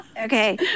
Okay